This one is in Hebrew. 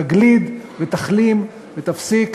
תגליד ותחלים ותפסיק